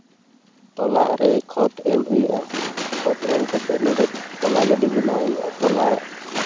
ᱛᱚᱞᱟᱨᱮ ᱠᱷᱚᱛ ᱮᱢ ᱦᱩᱭᱩᱜᱼᱟ ᱠᱷᱚᱛ ᱮᱢ ᱠᱟᱛᱮᱫ ᱱᱚᱸᱰᱮ ᱛᱚᱞᱟ ᱜᱟᱹᱰᱤ ᱵᱮᱱᱟᱣ ᱦᱩᱭᱩᱜᱼᱟ ᱛᱚᱞᱟ